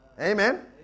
Amen